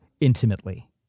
intimately